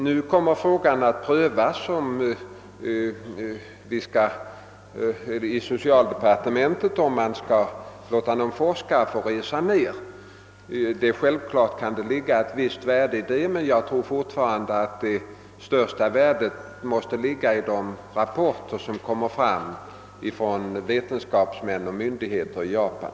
Nu kommer frågan, om man skall låta några forskare resa till Japan, att prövas i socialdepartementet. Självfallet kan det vara av visst värde att ett sådant studiebesök görs, men jag tror fortfarande att det största värdet ligger i de rapporter som kommer från vetenskapsmän och myndigheter i Japan.